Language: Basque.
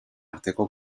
arteko